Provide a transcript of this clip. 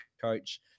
coach